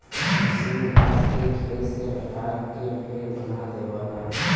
मसीन घास के खेत से हटा के ढेर बना देवला